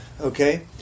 okay